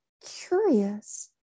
curious